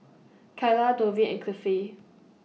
Kylah Dovie and Cliffie